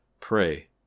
pray